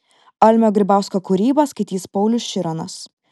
almio grybausko kūrybą skaitys paulius šironas